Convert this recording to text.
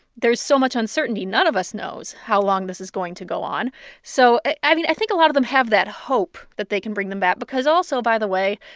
there's so much uncertainty. none of us knows how long this is going to go on so, i mean, i think a lot of them have that hope that they can bring them back because, also, by the way,